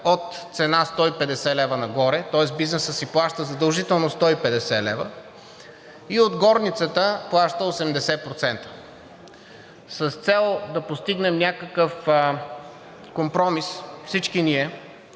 от цена 150 лв. нагоре, тоест бизнесът си плаща задължително 150 лв. и от горницата плаща 80%. С цел да постигнем някакъв компромис, всички ние